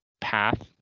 path